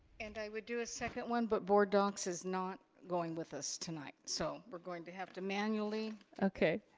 and i would do a second one, but board docs is not going with us tonight, so we're going to have to manually okay.